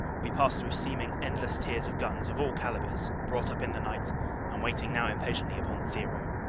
we pass through seeming endless tiers of guns of all calibres brought up in the night and waiting now impatiently upon zero.